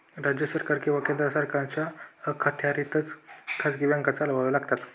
राज्य सरकार किंवा केंद्र सरकारच्या अखत्यारीतच खाजगी बँका चालवाव्या लागतात